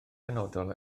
penodol